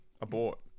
Abort